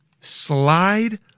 slide